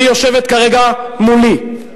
והיא יושבת כרגע מולי,